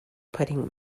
pudding